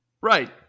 Right